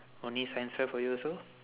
only science fair for you also